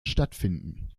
stattfinden